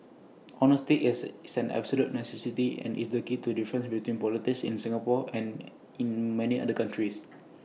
honesty is same absolute necessity and is the key to difference between politics in Singapore and in many other countries